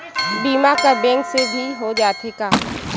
बीमा का बैंक से भी हो जाथे का?